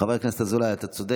חבר הכנסת אזולאי, אתה צודק.